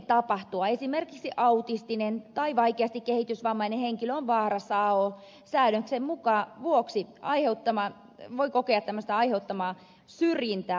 esimerkiksi autistinen tai vaikeasti kehitysvammainen henkilö voi säädöksen vuoksi kokea aiheetonta syrjintää